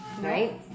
right